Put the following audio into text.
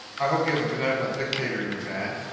i hope you have a benevolent dictator in your band.